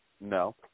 No